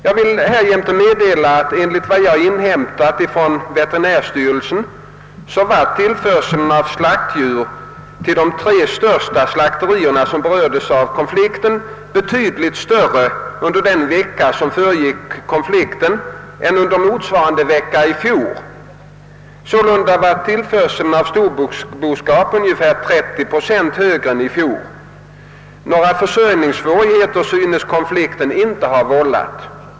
Jag vill härjämte meddela, att enligt vad jag inhämtat från veterinärstyrelsen tillförseln av slaktdjur till de tio största slakterier, som berördes av konflikten, var betydligt större under den vecka som föregick konflikten än under motsvarande vecka i fjol. Sålunda var tillförseln av storboskap ungefär 30 procent högre än i fjol. Några försörjningssvårigheter synes konflikten inte ha vållat.